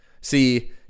See